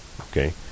Okay